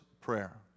Prayer